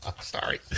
Sorry